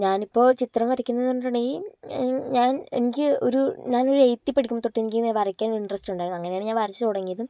ഞാനിപ്പോൾ ചിത്രം വരക്കുന്നതെന്ന് പറഞ്ഞിട്ടുണ്ടെങ്കിൽ ഞാൻ എനിക്ക് ഒരു ഞാനൊരു എയ്ത്തിൽ പഠിക്കുമ്പോൾ തൊട്ട് എനിക്കിങ്ങനെ വരക്കാൻ ഇൻട്രസ്റ്റ് ഉണ്ടായിരുന്നു അങ്ങനെയാണ് ഞാൻ വരച്ച് തുടങ്ങിയതും